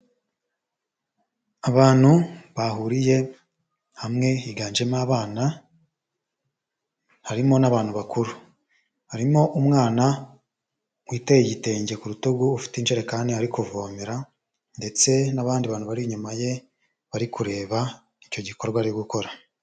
Abantu bahuriye hamwe higanjemo abana, harimo n'abantu bakuru, harimo umwana witeye igitenge ku rutugu ufite injererekekani ari kuvomera ndetse n'abandi bantu bari inyuma ye bari kureba icyo gikorwa ari gukora.